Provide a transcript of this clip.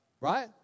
right